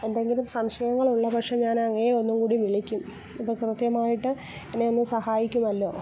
എന്തെങ്കിലും സംശയങ്ങളുള്ള പക്ഷം ഞാൻ അങ്ങയെ ഒന്നുകൂടി വിളിക്കും അപ്പോൾ കൃത്യമായിട്ട് എന്നെയൊന്ന് സഹായിക്കുമല്ലോ